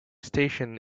station